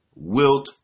Wilt